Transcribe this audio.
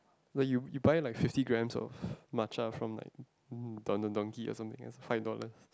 but you you buy like fifty grams of matcha from like donkey or something also five dollars